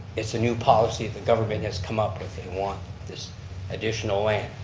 it's a new policy the government has come up with and want this additional land.